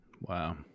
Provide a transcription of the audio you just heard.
Wow